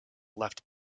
left